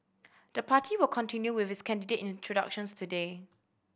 the party will continue with its candidate introductions today